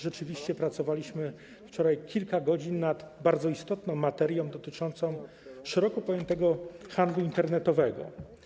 Rzeczywiście pracowaliśmy wczoraj kilka godzin nad bardzo istotną materią dotyczącą szeroko pojętego handlu internetowego.